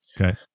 Okay